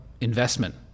investment